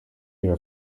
year